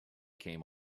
came